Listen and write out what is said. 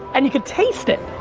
and you can taste it.